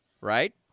right